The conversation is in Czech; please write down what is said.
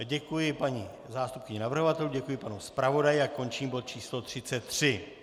Děkuji paní zástupkyni navrhovatelů, děkuji panu zpravodaji a končím bod číslo 33.